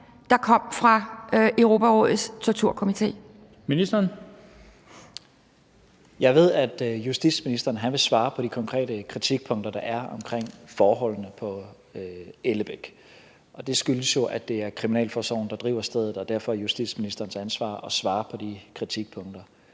og integrationsministeren (Mattias Tesfaye): Jeg ved, at justitsministeren vil svare på de konkrete kritikpunkter, der er omkring forholdene på Ellebæk, og det skyldes jo, at det er Kriminalforsorgen, der driver stedet, og det derfor er justitsministerens ansvar at svare på de kritikpunkter.